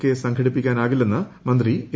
K സംഘടിപ്പിക്കാനാവില്ലെന്ന് മന്ത്രി A